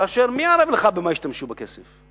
כאשר מי ערב לך למה ישתמשו בכסף?